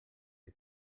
que